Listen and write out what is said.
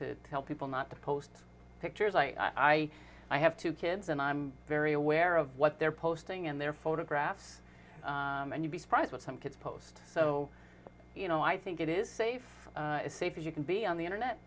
to tell people not to post pictures like i i have two kids and i'm very aware of what they're posting and their photographs and you'd be surprised what some kids post so you know i think it is safe as safe as you can be on the internet